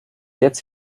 jetzt